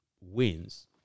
wins